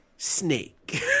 snake